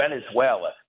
Venezuela